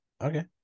Okay